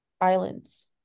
islands